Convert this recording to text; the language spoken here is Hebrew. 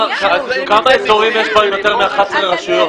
אז